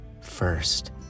first